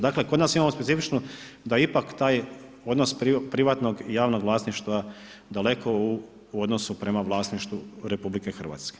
Dakle kod nas imamo specifično da ipak taj odnos privatnog i javnog vlasništva daleko u odnosu prema vlasništvu RH.